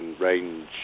range